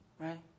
Right